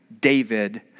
David